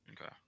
Okay